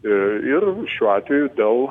ir šiuo atveju dėl